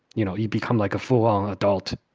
you know, you become like a full adult